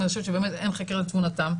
אני חושבת שבאמת אין חקר לתבונתם,